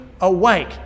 awake